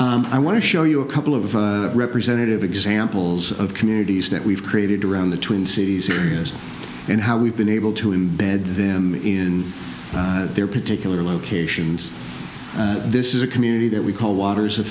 year i want to show you a couple of representative examples of communities that we've created around the twin cities areas and how we've been able to embed them in their particular locations this is a community that we call waters of